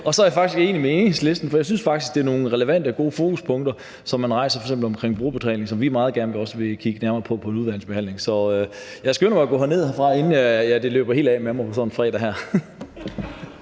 også enig med Enhedslisten, for jeg synes faktisk, det er nogle relevante og gode fokuspunkter, som man rejser, f.eks. omkring brugerbetaling, som vi også meget gerne vil kigge nærmere på under udvalgsbehandlingen. Så jeg skynder mig at gå ned herfra, inden det løber helt af med mig på sådan en fredag! Kl.